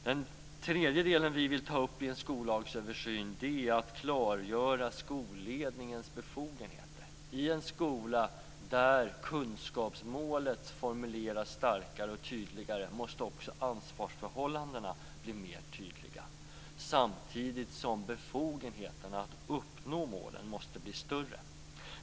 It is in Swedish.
Den tredje delen vi vill ta upp i en skollagsöversyn är att klargöra skolledningens befogenheter. I en skola där kunskapsmålet formuleras starkare och tydligare måste också ansvarsförhållandena bli mer tydliga samtidigt som befogenheterna att uppnå målen måste bli större.